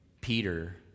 Peter